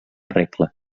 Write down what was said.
regla